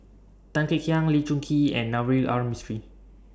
Tan Kek Hiang Lee Choon Kee and Navroji R Mistri